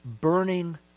burning